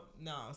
no